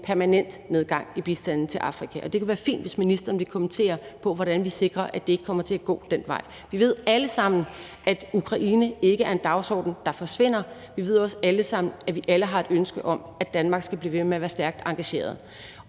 permanent nedgang. Det kunne være fint, hvis ministeren lige ville kommentere på, hvordan vi sikrer, at det ikke kommer til at gå den vej. Vi ved alle sammen, at krigen i Ukraine ikke er en dagsorden, der forsvinder. Vi ved også alle sammen, at vi alle har et ønske om, at Danmark skal blive ved med at være stærkt engageret.